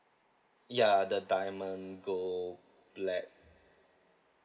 ya the diamond gold plat~